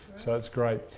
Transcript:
so that's great.